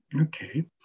Okay